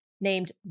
named